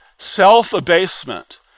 Self-abasement